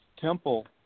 temple